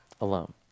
alone